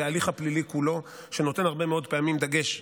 וההליך הפלילי כולו נותן הרבה מאוד פעמים דגש,